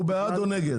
הוא בעד או נגד?